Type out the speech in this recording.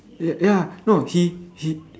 ya ya no he he